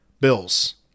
bills